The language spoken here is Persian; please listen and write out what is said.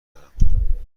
دارم